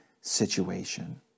situation